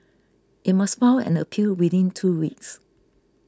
it must file an appeal within two weeks